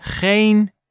geen